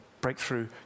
Breakthrough